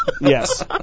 Yes